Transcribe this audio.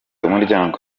umuryango